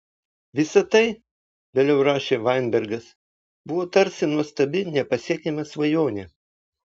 visa tai vėliau rašė vainbergas buvo tarsi nuostabi nepasiekiama svajonė